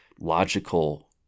logical